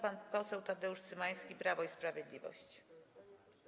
Pan poseł Tadeusz Cymański, Prawo i Sprawiedliwość.